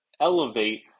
elevate